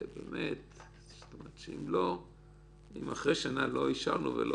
אם אחרי שנה לא אישרנו,